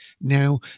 now